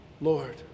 Lord